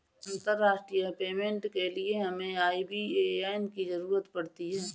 अंतर्राष्ट्रीय पेमेंट के लिए हमें आई.बी.ए.एन की ज़रूरत पड़ती है